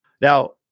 Now